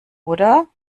oder